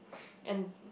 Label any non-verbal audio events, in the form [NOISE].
[NOISE] and